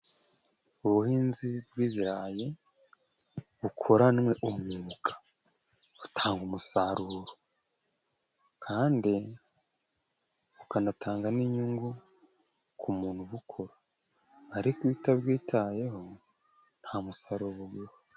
Ubuhinzi bw'ibirayi bukoranwe umwuga, butanga umusaruro kandi bukanatanga n'inyungu k'umuntu ubukora, ariko utabwitayeho nta musaruro buguha.